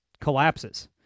collapses